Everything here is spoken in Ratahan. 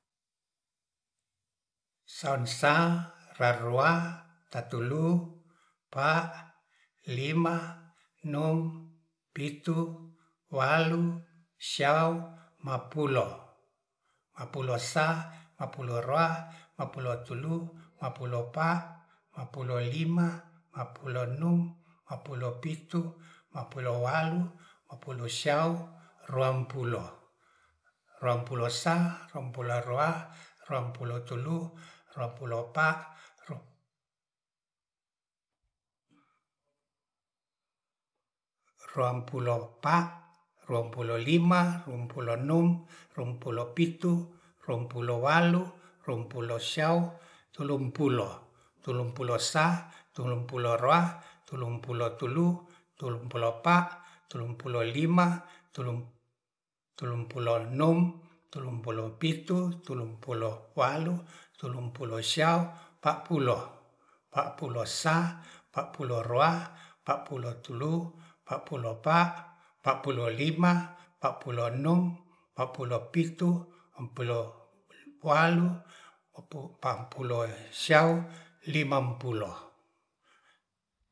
Sansa, rarowa, tatulu, pa, lima, nom, pitu, walu siau, mapulo, mapulo sa, mapulo ra, mapulo mapulo telu, mapulo pa, mapulo lima, mapulo num, mapulo pitu, mapulo walu, mapulo siu, roampulo, rompulo sa, rompulo roa, rompulo telu, rompulo pa, rompulo pa, rompulo lima, rompulo num, rompulo pitu, rompulo walu, rompulo siu, tulumpulo, tulumpulo sa, tulumpulo ra, tulumpulo tulu, tulumpulo pa, tulumpulo lima, tulumpulo num, tulumpulo pitu, tulumpulo walu, tulumpulo siau, papulo, papilo sa, papulo roa, papulo telu, papulo pa, papulo lima, papulo num. papulo pitu, papulo pualu, papulo siau limampilo